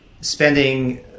spending